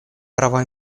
права